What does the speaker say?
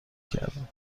کردم